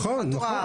נכון.